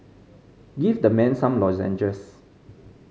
give the man some lozenges